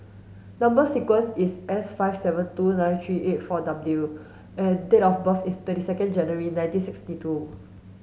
number sequence is S five seven two nine three eight four W and date of birth is twenty second January nineteen sixty two